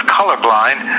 colorblind